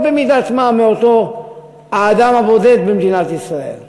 במידת-מה מהאדם הבודד במדינת ישראל.